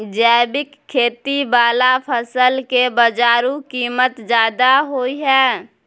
जैविक खेती वाला फसल के बाजारू कीमत ज्यादा होय हय